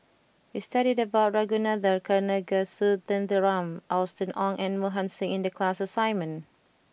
we studied about Ragunathar Kanagasuntheram Austen Ong and Mohan Singh in the class assignment